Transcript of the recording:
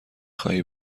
خواهی